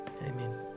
Amen